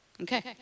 Okay